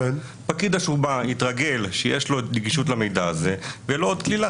פקיד השומה יתרגל שיש לו נגישות למידע הזה ויהיה לו עוד כלי לחץ.